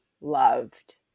loved